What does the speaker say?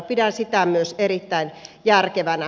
pidän sitä myös erittäin järkevänä